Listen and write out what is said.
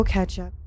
Ketchup